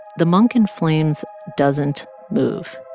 the monk in flames doesn't move.